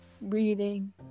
reading